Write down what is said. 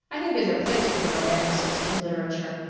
i think there's a place for the romanticist in literature.